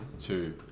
two